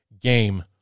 game